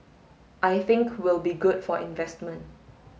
I think will be good for investment